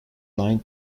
nine